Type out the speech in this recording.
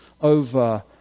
over